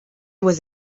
was